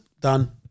done